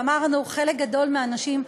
ואמרנו: חלק גדול מהנשים,